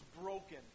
broken